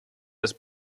das